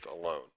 alone